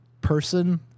person